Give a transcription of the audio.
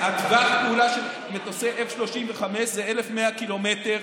טווח הפעולה של מטוסי F-35 זה 1,100 קילומטר.